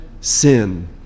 sin